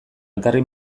elkarri